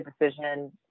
decision